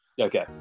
Okay